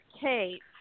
Kate